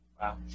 Wow